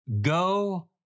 Go